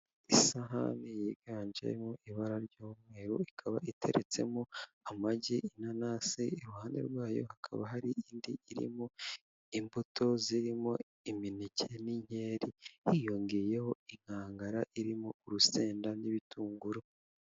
Isahani yiganjemo ibara ry'umweru, ikaba iteretsemo amagi, inanasi, iruhande rwayo hakaba hari indi irimo imbuto zirimo; imineke n'inkeri hiyongeyeho inkangara irimo urusenda n'ibitunguru.